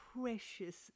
precious